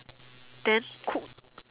then cook